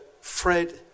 fred